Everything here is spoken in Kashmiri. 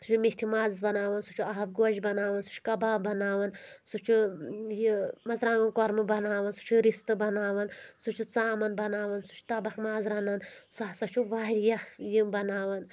سُہ چھُ میتھِ ماز بَناوان سُہ چھُ آب گوش بَناوان سُہ چھُ کَباب بَناوان سُہ چھُ یہِ مرژٕوانٛگن کۄرمہٕ بَناوان سُہ چھُ رِستہٕ بَناوان سُہ چھُ ژامَن بَناوان سُہ چھُ تَبکھ ماز رَنان سُہ ہَسا چھُ واریاہ یہِ بَناوان